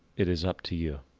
it is up to you.